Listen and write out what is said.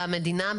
המדינה,